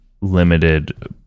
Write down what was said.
limited